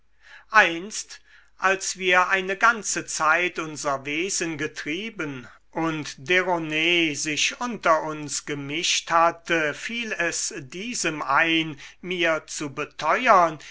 einst als wir eine ganze zeit unser wesen getrieben und derones sich unter uns gemischt hatte fiel es diesem ein mir zu beteuern